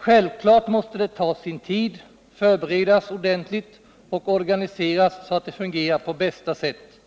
Självfallet måste det ta sin tid, förberedas ordentligt och organiseras så att det fungerar på bästa sätt,